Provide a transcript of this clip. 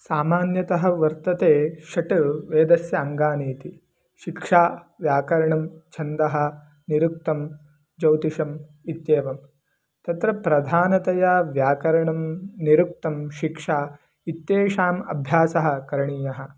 सामान्यतः वर्तते षट् वेदस्य अङ्गानि इति शिक्षा व्याकरणं छन्दः निरुक्तं ज्यौतिषम् इत्येवं तत्र प्रधानतया व्याकरणं निरुक्तं शिक्षा इत्येषाम् अभ्यासः करणीयः